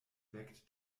weckt